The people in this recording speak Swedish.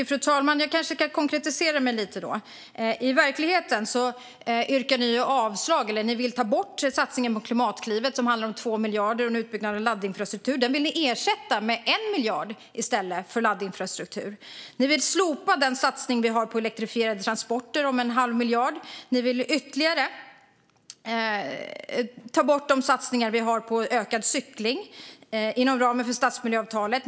Fru talman! Jag kanske kan konkretisera lite. I verkligheten, Maria Stockhaus, vill ni ta bort satsningen på Klimatklivet, som handlar om 2 miljarder kronor och utbyggnad av laddinfrastruktur. Den vill ni ersätta och i stället satsa 1 miljard på laddinfrastruktur. Ni vill slopa den satsning på en halv miljard som vi har på elektrifierade transporter. Ni vill också ta bort de satsningar vi har på ökad cykling inom ramen för stadsmiljöavtalet.